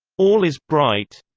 all is bright